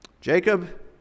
Jacob